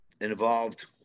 involved